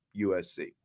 USC